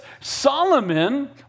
Solomon